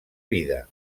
vida